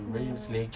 mm